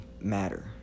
matter